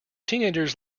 teenagers